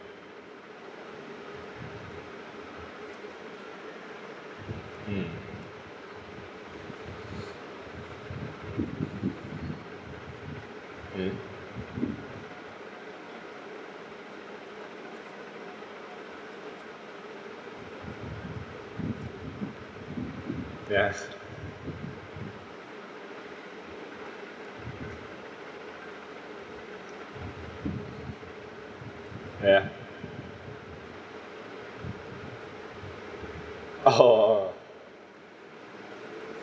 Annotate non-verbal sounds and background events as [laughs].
mm mm ya ya [laughs] oh